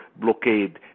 blockade